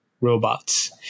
robots